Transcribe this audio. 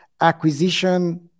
acquisition